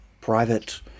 private